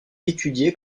étudié